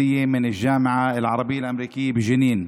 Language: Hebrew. מהאוניברסיטה הערבית האמריקאית בג'נין,